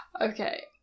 Okay